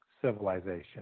civilization